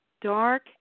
dark